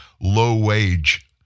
low-wage